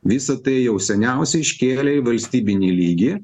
visa tai jau seniausiai iškėlė į valstybinį lygį